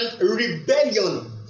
rebellion